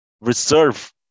reserve